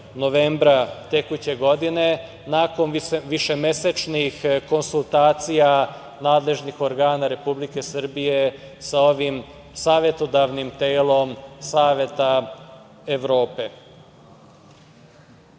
novembra tekuće godine, nakon višemesečnih konsultacija nadležnih organa Republike Srbije sa ovim savetodavnim telom Saveta Evrope.